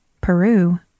Peru